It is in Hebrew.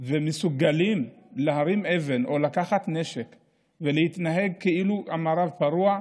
ומסוגלים להרים אבן או לקחת נשק ולהתנהג כאילו זה מערב פרוע,